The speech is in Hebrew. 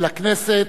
לכנסת,